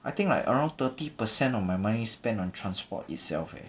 I think like around thirty percent of my money spent on transport itself eh